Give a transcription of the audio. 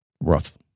Rough